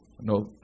no